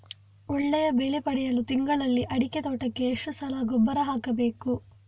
ಒಳ್ಳೆಯ ಬೆಲೆ ಪಡೆಯಲು ತಿಂಗಳಲ್ಲಿ ಅಡಿಕೆ ತೋಟಕ್ಕೆ ಎಷ್ಟು ಸಲ ಗೊಬ್ಬರ ಹಾಕಬೇಕು?